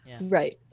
Right